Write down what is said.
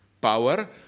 power